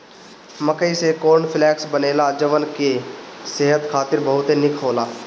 मकई से corn flakes बनेला जवन की सेहत खातिर बहुते निक होला